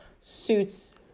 suits